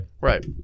Right